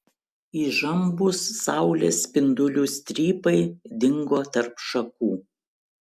įžambūs saulės spindulių strypai dingo tarp šakų